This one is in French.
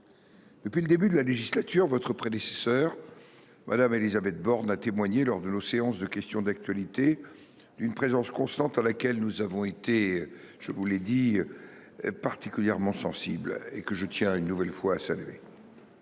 Depuis le début de la législature, votre prédécesseure, Mme Élisabeth Borne, a témoigné, lors de nos séances de questions d’actualité, d’une présence constante à laquelle nous avons été particulièrement sensibles et que je tiens une nouvelle fois à saluer.